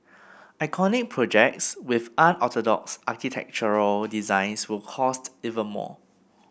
iconic projects with unorthodox architectural designs will cost even more